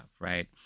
right